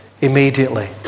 immediately